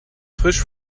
frisch